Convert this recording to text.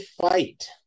fight